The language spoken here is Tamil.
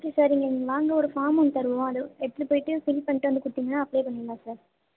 ஓகே சார் இங்கே நீங்கள் வாங்க ஒரு ஃபாம் ஒன்று தருவோம் அதை எடுத்துகிட்டு போய்விட்டு ஃபில் பண்ணிட்டு வந்து கொடுத்திங்கனா அப்ளை பண்ணிடலாம் சார்